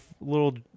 little